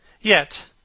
Yet